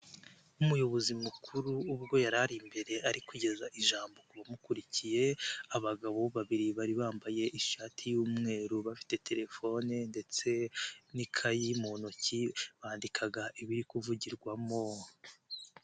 Nk'umuyobozi mukuru ubwo yariri imbere ariko kugeza ijambo ku bamukurikiye, abagabo babiri bari bambaye ishati y'umweru bafite telefone ndetse n'ikayi mu ntoki, bandikaga ibiri kuvugirwamo.